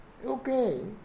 Okay